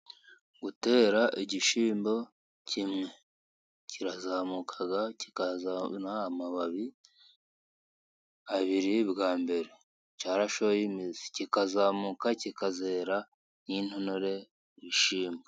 Gutera igishyimbo kimwe, kirazamuka kikazana amababi abiri bwa mbere, cya rashoye imizi kikazamuka kikazera n'intonore, ibishyimbo.